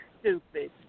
stupid